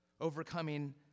overcoming